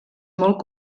molt